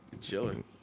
Chilling